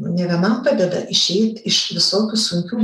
ne vienam padeda išeit iš visokių sunkių